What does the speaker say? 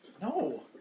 No